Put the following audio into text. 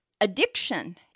Addiction